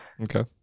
okay